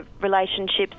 relationships